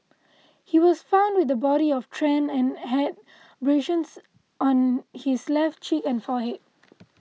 he was found with the body of Tran and had abrasions on his left cheek and forehead